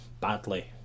badly